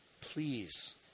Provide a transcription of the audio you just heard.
please